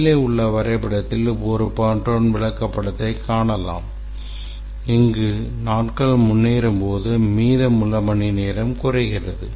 மேலே உள்ள வரைபடத்தில் ஒரு பர்ன்டவுன் விளக்கப்படத்தைக் காணலாம் இங்கு நாட்கள் முன்னேறும்போது மீதமுள்ள மணிநேரம் குறைகிறது